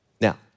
Now